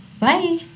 Bye